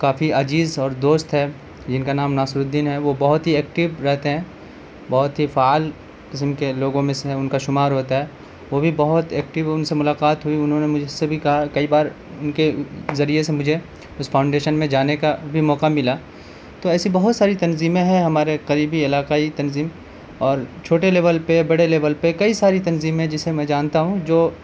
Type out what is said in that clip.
کافی عزیز اور دوست ہے جن کا نام ناصرالدین ہے وہ بہت ہی ایکٹو رہتے ہیں بہت ہی فعال قسم کے لوگوں میں سے ہیں ان کا شمار ہوتا ہے وہ بھی بہت ایکٹو ان سے ملاقات ہوئی انہوں نے مجھ اس سے بھی کہا کئی بار ان کے ذریعے سے مجھے اس فاؤنڈیشن میں جانے کا بھی موقع ملا تو ایسی بہت ساری تنظیمیں ہیں ہمارے قریبی علاقائی تنظیم اور چھوٹے لیبل پہ بڑے لیبل پہ کئی ساری تنظیمیں جسے میں جانتا ہوں جو